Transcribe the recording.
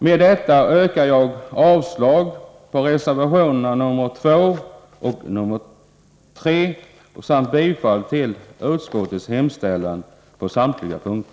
Med detta yrkar jag avslag på reservationerna nr 2 och nr 3 samt bifall till utskottets hemställan på samtliga punkter.